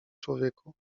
człowieku